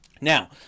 Now